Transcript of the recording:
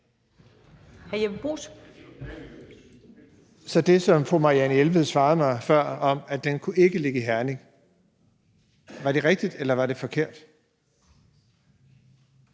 Så det, som fru Marianne Jelved svarede mig før, om, at den ikke kunne ligge i Herning, var det rigtigt, eller var det forkert?